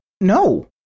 no